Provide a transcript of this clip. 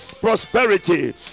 prosperity